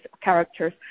characters